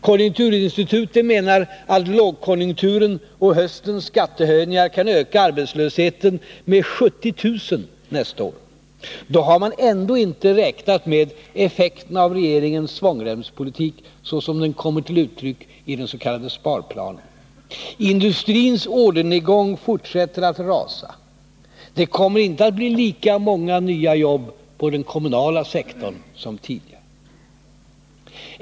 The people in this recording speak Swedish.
Konjunkturinstitutet menar att lågkonjunkturen och höstens skattehöjningar kan öka arbetslösheten med 70 000 nästa år. Då har man ändå inte räknat med effekten av regeringens svångremspolitik såsom den kommer till uttryck i den s.k. sparplanen. Industrins orderingång fortsätter att rasa. Det kommer inte att bli lika många nya jobb på den kommunala sektorn som tidigare.